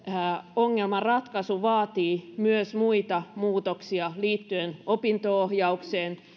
ongelman ratkaisu vaatii myös muita muutoksia liittyen opinto ohjaukseen